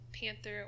Panther